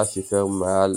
לה שיפר מעל